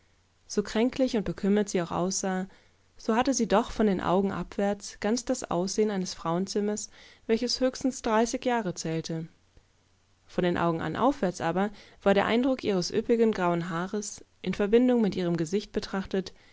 so kränklich und bekümmert sie auch aussah so hatte sie doch von den augen abwärts ganz das ansehen eines frauenzimmers welcheshöchstensdreißigjahrezählte von den augen an aufwärts aber war der eindruck ihres üppigen grauen haares in verbindung mit ihrem gesicht betrachtet